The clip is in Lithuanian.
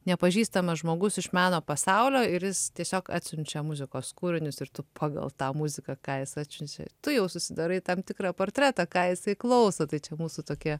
nepažįstamas žmogus iš meno pasaulio ir jis tiesiog atsiunčia muzikos kūrinius ir tu pagal tą muziką ką jis atsiuntčia tu jau susidarai tam tikrą portretą ką jisai klauso tai čia mūsų tokie